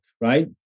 right